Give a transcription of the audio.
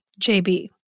JB